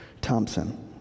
Thompson